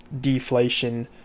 deflation